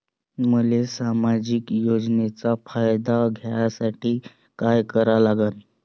मले सामाजिक योजनेचा फायदा घ्यासाठी काय करा लागन?